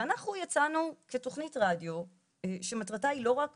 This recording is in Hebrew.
אנחנו יצאנו בתכנית רדיו שמטרתה היא לא רק